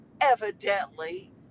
evidently